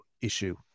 issue